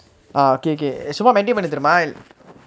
ah okay okay சும்மா:summa maintain பண்ணு தெரியுமா:pannu teriyumaa